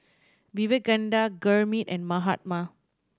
Vivekananda Gurmeet and Mahatma